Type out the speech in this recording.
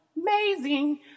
amazing